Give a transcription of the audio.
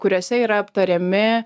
kuriuose yra aptariami